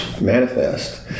manifest